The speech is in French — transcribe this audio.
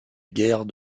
guerre